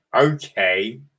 okay